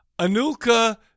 Anulka